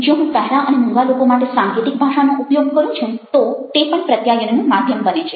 જો હું બહેરા અને મૂંગા લોકો માટે સાંકેતિક ભાષાનો ઉપયોગ કરું છું તો તે પણ પ્રત્યાયનનું માધ્યમ બને છે